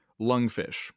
lungfish